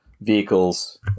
vehicles